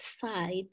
side